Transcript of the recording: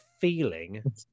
feeling